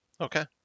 Okay